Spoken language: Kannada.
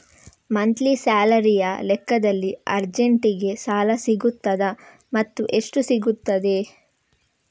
ಮಂತ್ಲಿ ಸ್ಯಾಲರಿಯ ಲೆಕ್ಕದಲ್ಲಿ ಅರ್ಜೆಂಟಿಗೆ ಸಾಲ ಸಿಗುತ್ತದಾ ಮತ್ತುಎಷ್ಟು ಸಿಗುತ್ತದೆ?